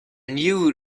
new